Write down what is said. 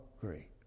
great